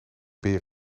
beer